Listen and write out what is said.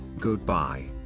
Goodbye